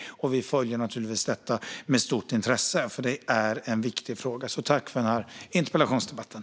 Vi följer naturligtvis det med stort intresse. Det är en viktig fråga. Tack för interpellationsdebatten!